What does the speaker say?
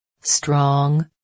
Strong